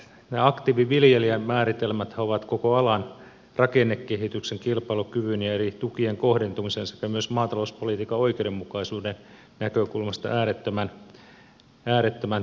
nämä aktiiviviljelijän määritelmäthän ovat koko alan rakennekehityksen kilpailukyvyn ja eri tukien kohdentumisen sekä myös maatalouspolitiikan oikeudenmukaisuuden näkökulmasta äärettömän tärkeät